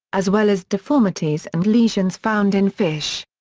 as well as deformities and lesions found in fish.